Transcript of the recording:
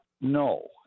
No